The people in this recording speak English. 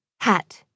hat